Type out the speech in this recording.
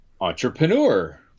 entrepreneur